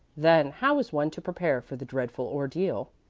then how is one to prepare for the dreadful ordeal?